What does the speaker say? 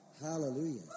Hallelujah